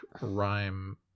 Rhyme